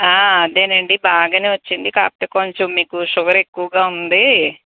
ఆ ఆదేనండి బాగానే వచ్చింది కాకపోతే కొంచెం మీకు షుగర్ ఎక్కువగా ఉంది